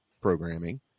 programming